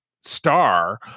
star